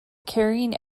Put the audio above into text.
carrying